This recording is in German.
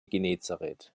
genezareth